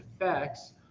effects